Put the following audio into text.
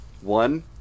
One